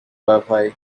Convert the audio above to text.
wifi